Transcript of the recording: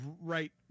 right